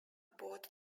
both